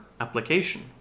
application